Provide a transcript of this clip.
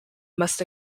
must